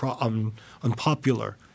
unpopular